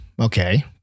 Okay